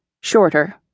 shorter